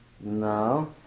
No